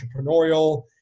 entrepreneurial